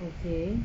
okay